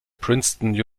princeton